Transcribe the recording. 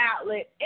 outlet